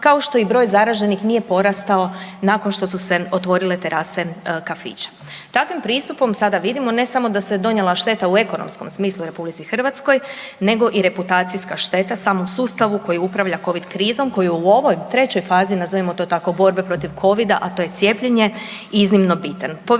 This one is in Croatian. kao što i broj zaraženih nije porastao nakon što su se otvorile terase kafića. Takvim pristupom sada vidimo ne samo da se donijela šteta u ekonomskom smislu u RH nego i reputacijska šteta samom sustavu koji upravlja COVID krizom koji u ovoj, trećoj fazi nazovimo to tako borbe protiv COVID-a a to je cijepljenje, iznimno bitan.